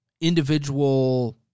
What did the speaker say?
individual